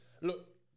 Look